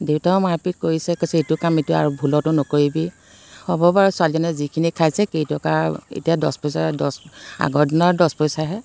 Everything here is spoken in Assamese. দেউতাও মাৰ পিট কৰিছে কৈছে এইটো কাম এইটো আৰু ভুলতো নকৰিবি হ'ব বাৰু ছোৱালীজনীয়ে যিখিনি খাইছে কেইটকা এতিয়া দহ পইচা দহ আগৰ দিনৰ দহ পইচাহে